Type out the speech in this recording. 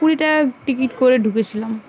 কুুড়ি টাকা টিকিট করে ঢুকেছিলাম